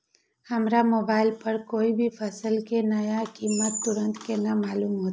हमरा मोबाइल पर कोई भी फसल के नया कीमत तुरंत केना मालूम होते?